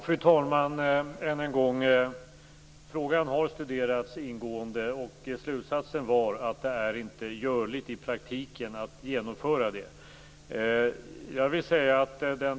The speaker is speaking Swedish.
Fru talman! Jag säger än en gång att frågan har studerats ingående, och slutsatsen var att det i praktiken inte är görligt att genomföra något sådant.